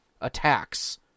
attacks